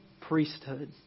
priesthood